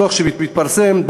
בדוח שמתפרסם,